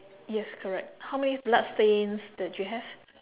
yes correct how many blood stains did you have